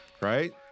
Right